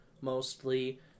mostly